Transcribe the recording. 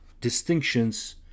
distinctions